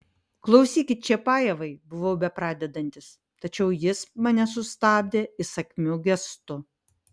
klausykit čiapajevai buvau bepradedantis tačiau jis mane sustabdė įsakmiu gestu